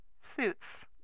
Suits